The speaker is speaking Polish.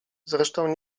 zresztą